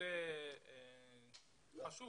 נושא חשוב